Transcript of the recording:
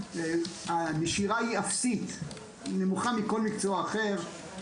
והנשירה היא אפסית ונמוכה מכל מקצוע אחר.